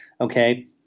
okay